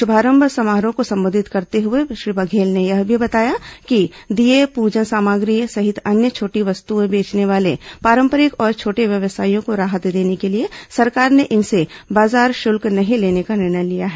शुभारंभ समारोह को संबोधित करते हुए श्री बघेल ने यह भी बताया कि दीये पूजन सामग्री सहित अन्य छोटी वस्तुएं बेचने वाले पारंपरिक और छोटे व्यवसायियों को राहत देने के लिए सरकार ने इनसे बाजार शुल्क नहीं लेने का निर्णय लिया है